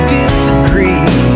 disagree